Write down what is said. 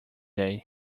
day